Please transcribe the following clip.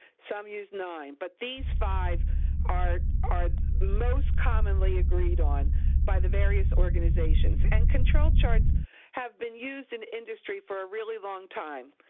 some use nine. but these five are most commonly agreed on by the various organizations, and control charts have been used in industry for a really long time,